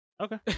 Okay